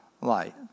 light